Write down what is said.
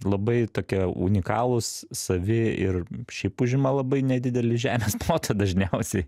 labai tokie unikalūs savi ir šiaip užima labai nedidelį žemės plotą dažniausiai